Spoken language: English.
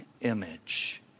image